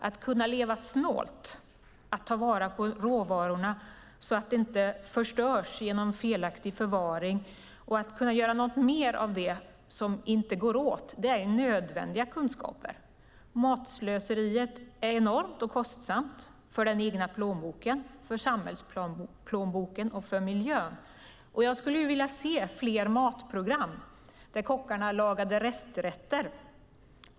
Att kunna leva snålt, att ta vara på råvarorna så att de inte förstörs genom felaktig förvaring och att kunna göra något mer av det som inte går åt är nödvändiga kunskaper. Matslöseriet är enormt och kostsamt för den egna plånboken, för samhällsplånboken och för miljön. Jag skulle vilja se fler matprogram där kockarna lagade resträtter.